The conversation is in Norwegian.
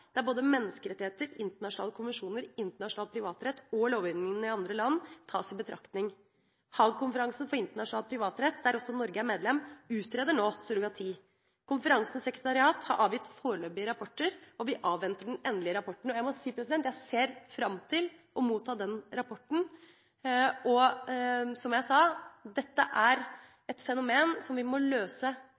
både menneskerettigheter, internasjonale konvensjoner, internasjonal privatrett og lovgivninga i andre land tas i betraktning. Haag-konferansen for internasjonal privatrett, der også Norge er medlem, utreder nå surrogati. Konferansens sekretariat har avgitt foreløpige rapporter, og vi avventer den endelige rapporten. Jeg ser fram til å motta denne rapporten. Som jeg sa: Dette er et fenomen som vi må løse